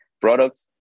products